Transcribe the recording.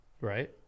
Right